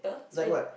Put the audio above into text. like what